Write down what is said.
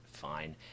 fine